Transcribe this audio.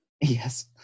Yes